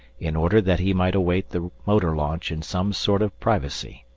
in order that he might await the motor launch in some sort of privacy